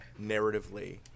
narratively